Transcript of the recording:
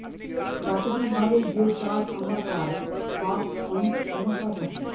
প্রাকৃতিক ভাবে যে চাষ আমরা পায় তার অনেক সমস্যা থাকে